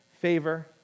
favor